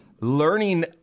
learning